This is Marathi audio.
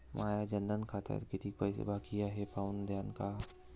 माया जनधन खात्यात कितीक पैसे बाकी हाय हे पाहून द्यान का?